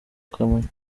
kamonyi